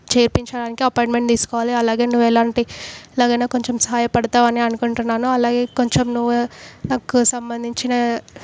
చేపించడానికి appointment తీసుకోవాలి అలాగే నువ్వు ఎలాంటి ఎలాగైనా కొంచెం సహాయపడతావని అనుకుంటున్నాను అలాగే కొంచెం నువ్వు నాకు సంబంధించిన